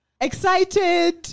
Excited